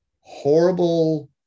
horrible